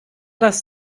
das